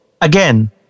Again